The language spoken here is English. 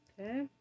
okay